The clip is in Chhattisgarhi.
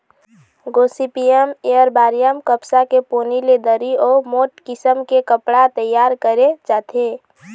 गोसिपीयम एरबॉरियम कपसा के पोनी ले दरी अउ मोठ किसम के कपड़ा तइयार करे जाथे